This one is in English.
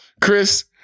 Chris